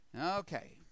Okay